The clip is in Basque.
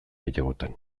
gehiagotan